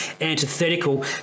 antithetical